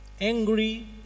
angry